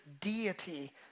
deity